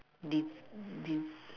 this this